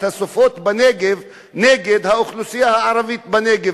הסופות בנגב נגד האוכלוסייה הערבית בנגב,